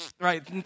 right